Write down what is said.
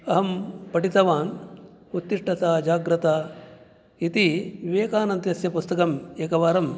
अहं पठितवान् उत्तिष्ठत जाग्रत इति विवेकान्दस्य पुस्तकम् एकवारम्